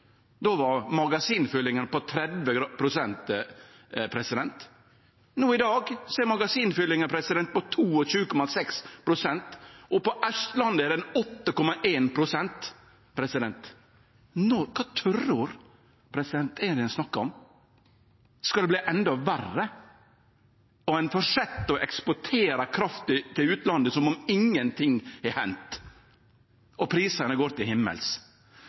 Då var magasinfyllingane på 30 pst. No i dag er magasinfyllingane på 22,6 pst., og på Austlandet er dei på 8,1 pst. Kva tørrår er det ein snakkar om? Skal det verte endå verre? Ein fortset å eksportere kraft til utlandet som om ingenting har hendt, og prisane går til himmels.